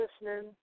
listening